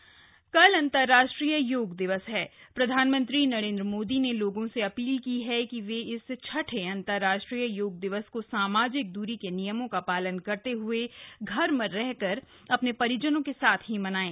योग दिवस कल कल अंतर्राष्ट्रीय योग दिवस हा प्रधानमंत्री नरेन्द्र मोदी ने लोगों से अपील की है कि वे इस छठे अंतर्राष्ट्रीय योग दिवस को सामाजिक द्वरी के नियमों का पालन करते हुए घर में रहकर अपने परिजनों के साथ मनाएं